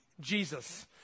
Jesus